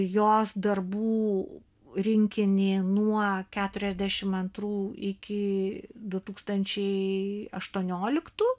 jos darbų rinkinį nuo keturiasdešimt antrų iki du tūkstančiai aštuonioliktų